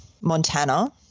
Montana